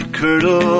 curdle